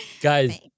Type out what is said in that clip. Guys